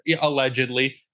allegedly